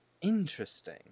Interesting